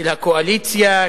של הקואליציה,